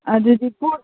ꯑꯗꯨꯗꯤ ꯄꯣꯠ